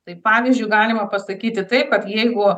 tai pavyzdžiui galima pasakyti taip kad jeigu